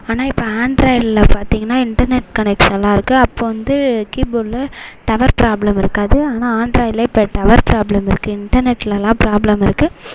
ஆனால் இப்போ ஆண்ட்ராய்டில் பார்த்தீங்கன்னா இன்டர்நெட் கனெக்ஷன்லாம் இருக்கு அப்போ வந்து கீபோர்டில் டவர் பிராப்ளம் இருக்காது ஆனால் ஆண்ட்ராய்டில் இப்ப டவர் பிராப்ளம் இருக்கு இன்டர்நெட்லலாம் பிராப்ளம் இருக்கு